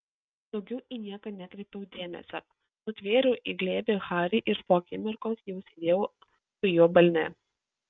daugiau į nieką nekreipiau dėmesio nutvėriau į glėbį harį ir po akimirkos jau sėdėjau su juo balne